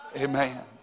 Amen